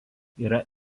yra